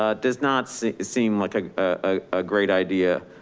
ah does not seem seem like a ah ah great idea.